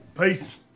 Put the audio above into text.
Peace